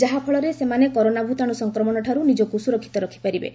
ଯାହାଫଳରେ ସେମାନେ କରୋନା ଭୂତାଣୁ ସଂକ୍ରମଣଠାରୁ ନିଜକୁ ସୁରକ୍ଷିତ ରଖିପାରିବେ